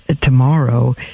tomorrow